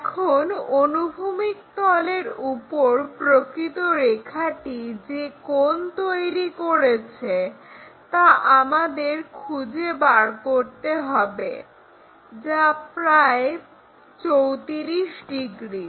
এখন অনুভূমিক তলের উপর প্রকৃত রেখাটি যে কোণ তৈরি করেছে তা আমাদের খুঁজে বার করতে হবে যা প্রায় 34 ডিগ্রি